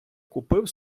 купив